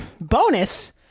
Bonus